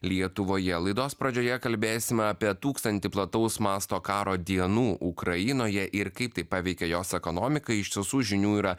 lietuvoje laidos pradžioje kalbėsime apie tūkstantį plataus masto karo dienų ukrainoje ir kaip tai paveikė jos ekonomiką iš tiesų žinių yra